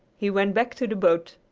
he went back to the boat.